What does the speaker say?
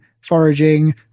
foraging